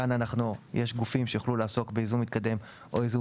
כאן יש גופים שיוכלו לעסוק בייזום מתקדם או בייזום